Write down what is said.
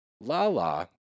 Lala